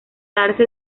darse